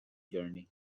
journey